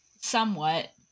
somewhat